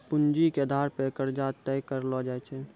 पूंजी के आधार पे कर्जा तय करलो जाय छै